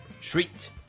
treat